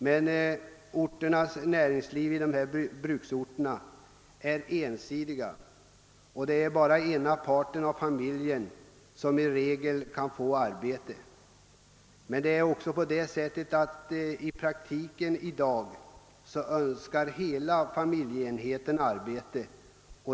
Men näringslivet på dessa bruksorter är som sagt ensidigt och i regel kan bara den ena parten i familjen få arbete. I dag önskar emellertid hela familjeenheten arbete.